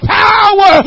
power